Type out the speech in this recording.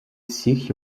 всіх